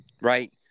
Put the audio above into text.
right